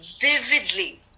vividly